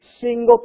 single